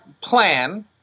plan